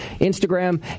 Instagram